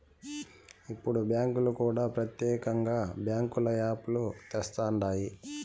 ఇప్పుడు బ్యాంకులు కూడా ప్రత్యేకంగా బ్యాంకుల యాప్ లు తెస్తండాయి